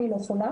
אני לא חולה,